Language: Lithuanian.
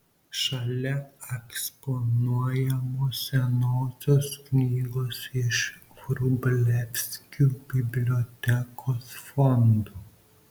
šalia eksponuojamos senosios knygos iš vrublevskių bibliotekos fondų